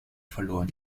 verloren